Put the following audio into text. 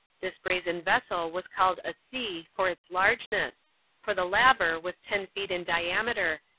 this brazen vessel was called a sea for its largeness for the laver was ten feet in diameter,